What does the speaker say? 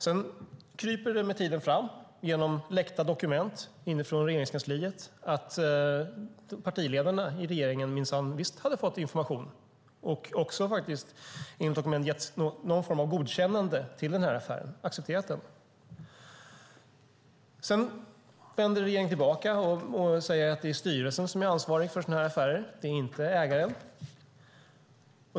Med tiden kryper det fram, genom läckta dokument inifrån Regeringskansliet, att partiledarna i regeringen minsann visst hade fått information och också gett någon form av godkännande till affären, accepterat den. Sedan vänder regeringen tillbaka och säger att det är styrelsen som är ansvarig för sådana här affärer, inte ägaren.